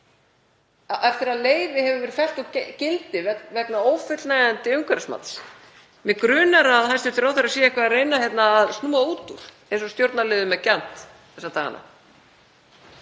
eftir að leyfi hefur verið fellt úr gildi vegna ófullnægjandi umhverfismats. Mig grunar að hæstv. ráðherra sé eitthvað að reyna að snúa út úr eins og stjórnarliðum er gjarnt þessa dagana.